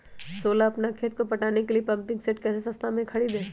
सोलह अपना खेत को पटाने के लिए पम्पिंग सेट कैसे सस्ता मे खरीद सके?